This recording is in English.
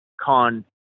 Con